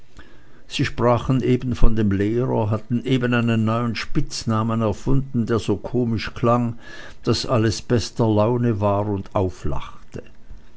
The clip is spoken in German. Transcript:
sie sprachen eben von dem lehrer hatten eben einen neuen spitznamen erfunden der so komisch klang daß alles bester laune war und auflachte